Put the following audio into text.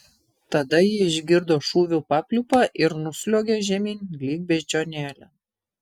tada ji išgirdo šūvių papliūpą ir nusliuogė žemyn lyg beždžionėlė